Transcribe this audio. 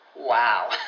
Wow